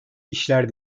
işler